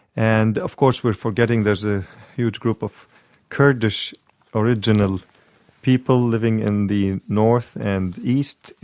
and of course we're forgetting there's a huge group of kurdish original people living in the north and east,